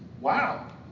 Wow